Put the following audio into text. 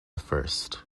first